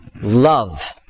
love